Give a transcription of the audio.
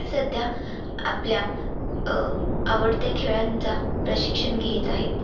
सध्या आपल्या आवडत्या खेळांचा प्रशिक्षण घेत आहेत